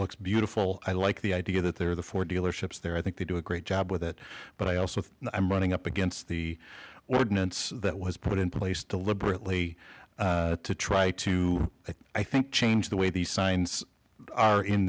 looks beautiful i like the idea that they're the four dealerships there i think they do a great job with it but i also know i'm running up against the ordinance that was put in place deliberately to try to i think change the way the signs are in